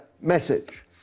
message